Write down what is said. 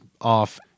off